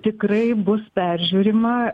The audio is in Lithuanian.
tikrai bus peržiūrima